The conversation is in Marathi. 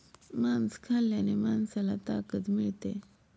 मांस खाल्ल्याने माणसाला ताकद मिळते